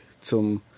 zum